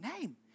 name